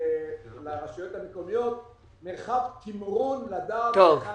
לאפשר לרשויות המקומיות מרחב תמרון לדעת היכן